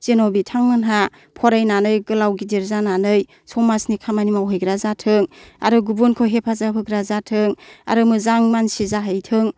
जेन' बिथांमोनहा फरायनानै गोलाव गिदिर जानानै समाजनि खामानि मावहैग्रा जाथों आरो गुबुनखौ हेफाजाब होग्रा जाहैथों आरो मोजां मानसि जाहैथों